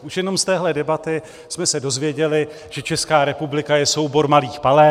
Už jenom z téhle debaty jsme se dozvěděli, že Česká republika je soubor malých Palerm.